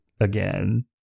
again